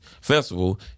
festival